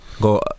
go